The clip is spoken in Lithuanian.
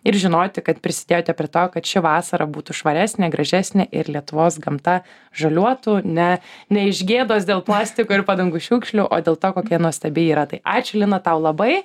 ir žinoti kad prisidėjote prie to kad ši vasara būtų švaresnė gražesnė ir lietuvos gamta žaliuotų ne ne iš gėdos dėl plastiko ir padangų šiukšlių o dėl to kokia nuostabi yra tai ačiū lina tau labai